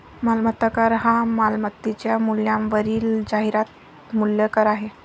मालमत्ता कर हा मालमत्तेच्या मूल्यावरील जाहिरात मूल्य कर आहे